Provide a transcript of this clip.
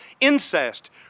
incest